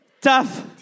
tough